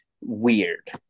weird